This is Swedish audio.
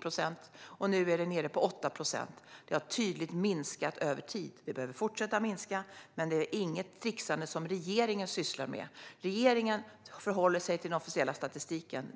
procent, och nu är siffran nere på 8 procent. Gapet har tydligt minskat över tid. Det behöver fortsätta att minska, men det är inget trixande som regeringen sysslar med. Regeringen förhåller sig till den officiella statistiken.